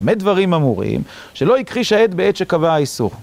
במה דברים אמורים שלא הכחיש העד בעת שקבע האיסור.